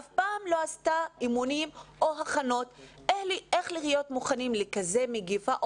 אף פעם לא עשתה אימונים או הכנות איך להיות מוכנים לכזה מגפה.